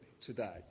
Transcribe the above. today